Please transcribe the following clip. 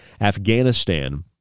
Afghanistan